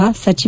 ಸಚಿವ